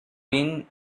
been